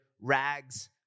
rags